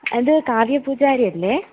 ഇത് കാവ്യ പൂജാരിയല്ലേ